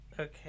Okay